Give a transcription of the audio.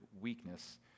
weakness